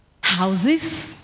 houses